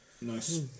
nice